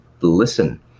listen